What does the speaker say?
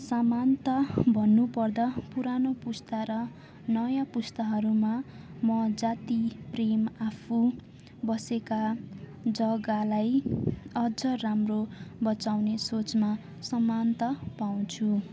समानता भन्नु पर्दा पुरानो पुस्ता र नयाँ पुस्ताहरूमा म जाति प्रेम आफू बसेका जगाहलाई अझ राम्रो बचाउने सोचमा समानता पाउँछु